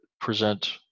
present